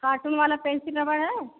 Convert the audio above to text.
cartoon वाला pencil रबड़ है